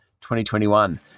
2021